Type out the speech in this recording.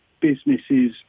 businesses